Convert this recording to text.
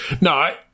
No